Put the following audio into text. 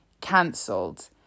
cancelled